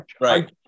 right